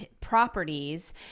properties